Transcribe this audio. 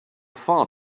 far